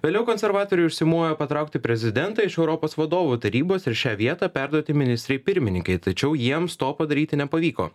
vėliau konservatoriai užsimojo patraukti prezidentą iš europos vadovų tarybos ir šią vietą perduoti ministrei pirmininkei tačiau jiems to padaryti nepavyko